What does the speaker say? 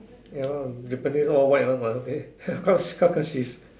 ya lah Japanese all white one what they of of course she's